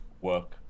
work